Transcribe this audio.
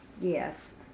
Yes